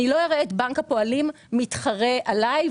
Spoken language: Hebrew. אני לא אראה את בנק הפועלים מתחרה עליי,